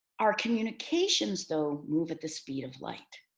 our communications though, move at the speed of light.